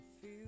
feel